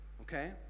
Okay